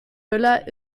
müller